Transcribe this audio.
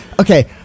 okay